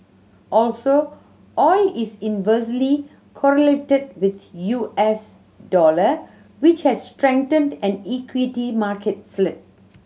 also oil is inversely correlated with U S dollar which has strengthened and equity market slid